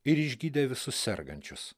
ir išgydė visus sergančius